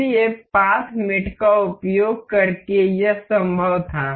इसलिए पाथ मेट का उपयोग करके यह संभव था